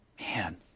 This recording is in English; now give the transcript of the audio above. man